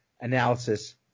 analysis